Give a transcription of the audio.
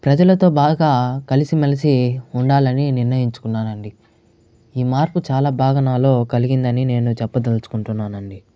ప్రజలతో బాగా కలిసి మెలిసి ఉండాలని నిర్ణయించుకున్నాను అండి ఈ మార్పు చాలా బాగా నాలో కలిగిందని నేను చెప్పదలుచుకుంటున్నాను అండి